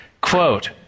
Quote